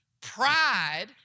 Pride